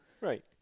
Right